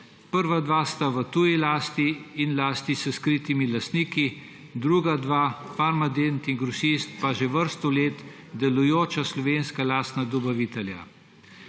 Prva dva sta v tuji lasti in s skritimi lastniki, druga dva Farmadent in Grosist pa že vrsto let delujoča slovenska lastna dobavitelja.